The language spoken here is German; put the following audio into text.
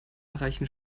erreichen